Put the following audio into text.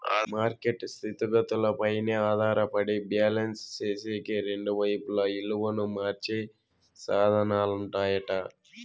market స్థితిగతులపైనే ఆధారపడి balance సేసేకి రెండు వైపులా ఇలువను మార్చే సాధనాలుంటాయట